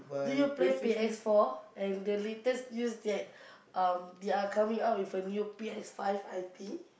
do you play P_S-four and the latest news that um they are coming up with a new P_S-five I think